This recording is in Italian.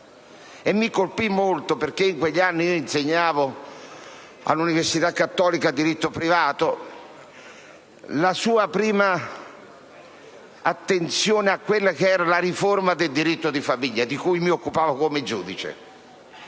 E mi colpì molto - perché in quegli anni io insegnavo all'Università Cattolica diritto privato - la sua prima attenzione alla riforma del diritto di famiglia, di cui mi occupavo come giudice.